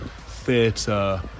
theatre